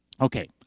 okay